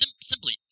simply